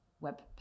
web